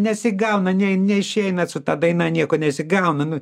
nesigauna neišeina su ta daina nieko nesigauna nu